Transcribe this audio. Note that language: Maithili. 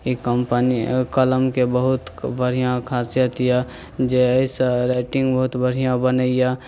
ई कमपनी एहि कलमके बहुत बढ़िऑं खासियतये जे एहिसऽ राइटिंग बहुत बढ़िऑं बनैया